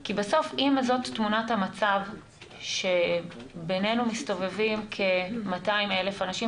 כי בסוף אם זאת תמונת המצב שבינינו מסתובבים כ-200,000 אנשים,